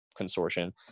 consortium